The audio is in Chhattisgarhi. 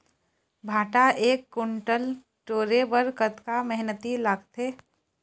भांटा एक कुन्टल टोरे बर कतका मेहनती लागथे?